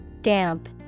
Damp